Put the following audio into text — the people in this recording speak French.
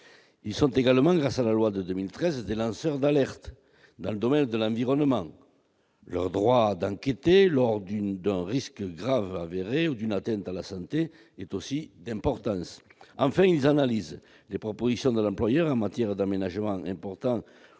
Ils sont également, grâce à la loi de 2013, des lanceurs d'alerte dans le domaine de l'environnement. Leur droit d'enquêter en cas de risque grave avéré ou d'atteinte à la santé est aussi d'importance. Enfin, ils analysent les propositions de l'employeur en matière d'aménagement important